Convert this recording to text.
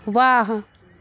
वाह